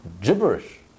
Gibberish